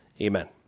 Amen